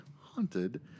haunted